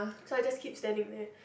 so I just keep standing there